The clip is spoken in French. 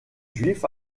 juif